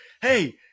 Hey